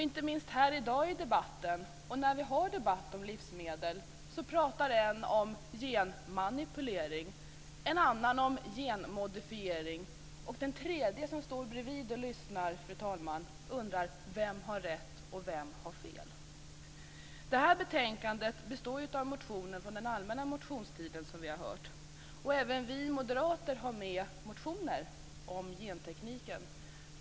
Inte minst här i debatten, och när vi har debatt om livsmedel, pratar någon om genmanipulering, någon annan om genmodifiering, och den tredje som står bredvid och lyssnar, fru talman, undrar vem som har rätt och vem som har fel. Det här betänkandet består, som vi har hört, av motioner från den allmänna motionstiden. Även vi moderater har med motioner om gentekniken.